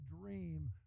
dream